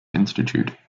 institute